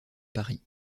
paris